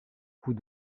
coup